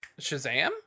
Shazam